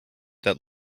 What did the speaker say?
that